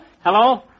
Hello